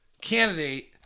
candidate